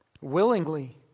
willingly